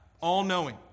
all-knowing